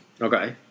Okay